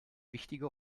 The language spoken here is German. wichtige